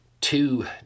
two